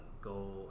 go